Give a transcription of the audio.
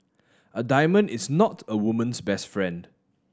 a diamond is not a woman's best friend